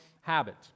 habit